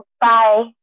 Bye